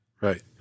Right